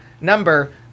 number